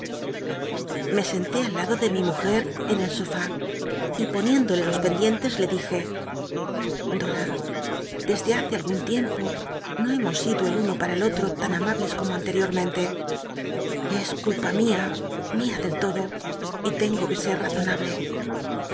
me sentó al lado de mi mujer en el softi y poniéndole los pendientes le dijo dom desde hace algun tiempo no hemos sirio el uno para el otro tan amables como ante io menl e es culpa mia mia del todo y tengo l'azona ble